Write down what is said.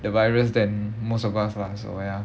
the virus than most of us lah so ya